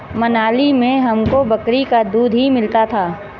मनाली में हमको बकरी का दूध ही मिलता था